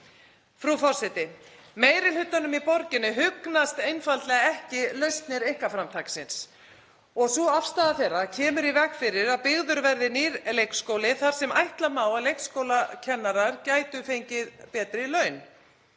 Frú forseti. Meiri hlutanum í borginni hugnast einfaldlega ekki lausnir einkaframtaksins og sú afstaða þeirra kemur í veg fyrir að byggður verði nýr leikskóli þar sem ætla má að leikskólakennarar gætu fengið betri laun.